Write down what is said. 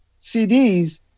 CDs